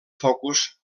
focus